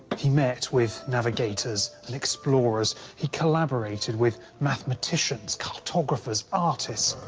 but he met with navigators and explorers. he collaborated with mathematicians, cartographers, artists.